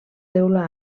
teula